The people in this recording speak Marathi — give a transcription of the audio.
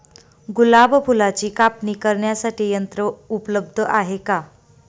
गुलाब फुलाची कापणी करण्यासाठी यंत्र उपलब्ध आहे का?